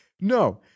No